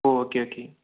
ஓ okay